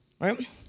right